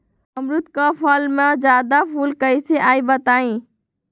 अमरुद क फल म जादा फूल कईसे आई बताई?